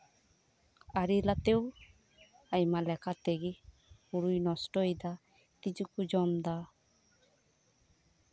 ᱟᱨᱮᱞᱟᱛᱮ ᱟᱭᱢᱟ ᱞᱮᱠᱟ ᱛᱮᱜᱮ ᱦᱩᱲᱩᱭ ᱱᱚᱥᱴᱚᱭ ᱫᱟ ᱛᱤᱡᱩ ᱠᱚ ᱡᱚᱢ ᱫᱟ